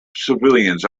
civilians